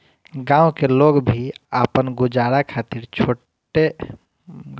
गांव का लोग भी आपन गुजारा खातिर छोट मोट रोजगार करत बाटे